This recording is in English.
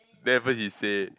then at first he say